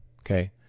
okay